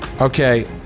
Okay